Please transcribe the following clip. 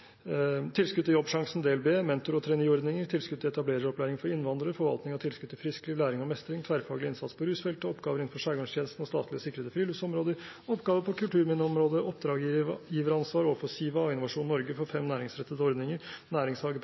tilskudd til Jobbsjansen del B, mentor- og traineeordninger, tilskudd til etablereropplæring for innvandrere, forvaltning av tilskudd til friskliv, læring og mestring, tverrfaglig innsats på rusfeltet, oppgaver innenfor skjærgårdstjenesten og statlig sikrede friluftsområder, oppgaver på kulturminneområdet, oppdragsgiveransvar for Siva og Innovasjon Norge for fem næringsrettede ordninger,